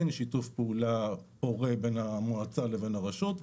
אין שיתוף פעולה פורה בין המועצה לבין הרשות.